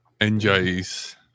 NJ's